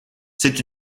c’est